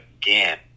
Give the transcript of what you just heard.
again